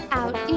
out